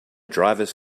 drivers